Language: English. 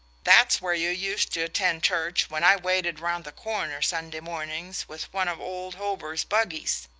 that's where you used to attend church when i waited round the corner, sunday mornings, with one of old hober's buggies.